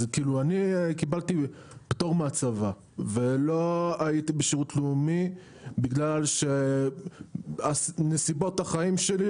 אני קיבלתי פטור מהצבא ולא הייתי בשירות לאומי בגלל נסיבות החיים שלי,